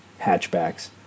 hatchbacks